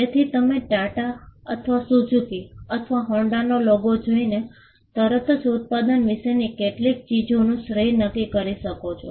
તેથી તમે ટાટા અથવા સુઝુકી અથવા હોન્ડાનો લોગો જોઈને તરત જ ઉત્પાદન વિશેની કેટલીક ચીજોનું શ્રેય નક્કી કરી શકો છો